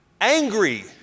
angry